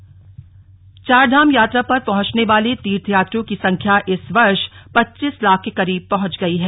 चारधाम यात्रा चारधाम यात्रा पर पहुंचने वाले तीर्थयात्रियों की संख्या इस वर्ष पच्चीस लाख के करीब पहुंच गई हैं